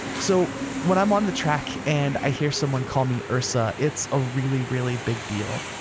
so when i'm on the track and i hear someone call me ursa, it's a really really big deal.